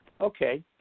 okay